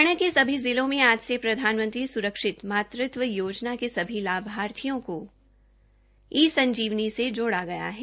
हरियाणा के सभी जिलों में आज से प्रधानमंत्री सुरक्षित मातृत्व योजना के सभी लाभार्थियों को ई संजीवनी से जोड़ा गया है